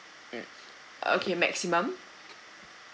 mm okay maximum